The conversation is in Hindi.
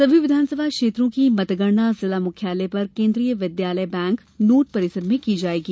सभी विधानसभा क्षेत्रों की मतगणना जिला मुख्यालय पर केंद्रीय विद्यालय बैंक नोट परिसर में की जाएगी